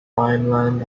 finland